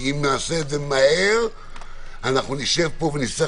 כי אם נעשה את זה מהר נשב פה ונצטרך